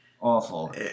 Awful